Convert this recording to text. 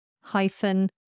hyphen